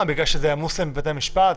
בגלל שעמוס בבתי המשפט?